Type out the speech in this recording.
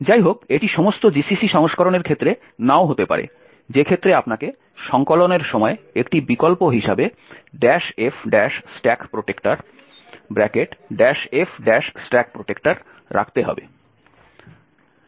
যাইহোক এটি সমস্ত GCC সংস্করণের ক্ষেত্রে নাও হতে পারে যে ক্ষেত্রে আপনাকে সংকলনের সময় একটি বিকল্প হিসাবে f স্ট্যাক প্রটেক্টর রাখতে হবে